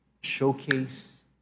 showcase